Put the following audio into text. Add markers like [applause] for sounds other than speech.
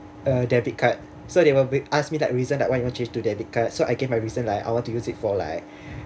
a debit card so they will b~ ask me like reason why you want to change to debit card so I gave my reason like I want to use it for like [breath]